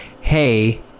Hey